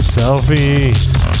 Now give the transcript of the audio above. selfie